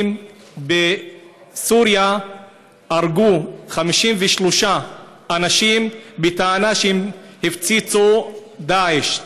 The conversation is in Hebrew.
בסוריה הרגו 53 אנשים בטענה שהם הפציצו את דאעש.